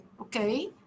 okay